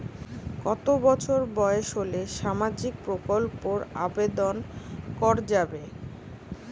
কত বছর বয়স হলে সামাজিক প্রকল্পর আবেদন করযাবে?